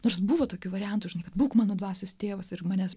nors buvo tokių variantų žinai kad būk mano dvasios tėvas ir manęs